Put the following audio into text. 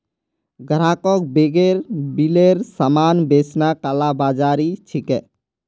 ग्राहकक बेगैर बिलेर सामान बेचना कालाबाज़ारी छिके